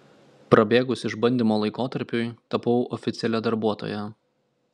prabėgus išbandymo laikotarpiui tapau oficialia darbuotoja